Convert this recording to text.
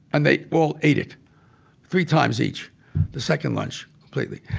and they all ate it three times each the second lunch, completely.